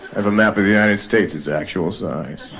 have a map of the united states. its actual size